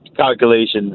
calculations